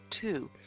two